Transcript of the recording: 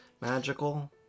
magical